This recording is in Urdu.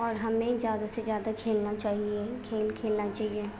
اور ہمیں زیادہ سے زیادہ کھیلنا چاہیے کھیل کھیلنا چاہیے